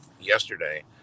yesterday